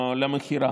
למכירה.